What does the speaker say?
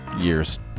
year's